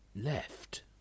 left